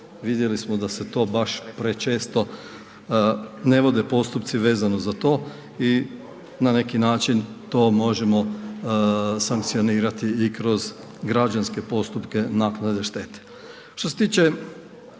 vidjeli smo da se to baš prečesto ne vode postupci vezano za to i na neki način to možemo sankcionirati i kroz građanske postupke naknade štete.